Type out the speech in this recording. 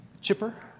chipper